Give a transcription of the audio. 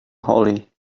hollie